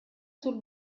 sul